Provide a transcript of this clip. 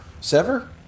Sever